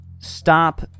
stop